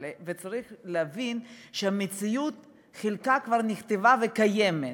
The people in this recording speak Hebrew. צריך להבין שהמציאות, חלקה כבר נכתבה וקיימת.